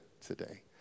today